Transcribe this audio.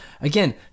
Again